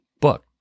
book